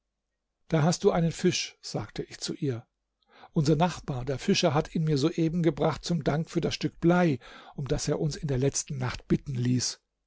da hast du einen fisch sagte ich zu ihr unser nachbar der fischer hat ihn mir soeben gebracht zum dank für das stück blei um das er uns in der letzten nacht bitten ließ